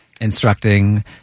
instructing